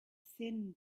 thin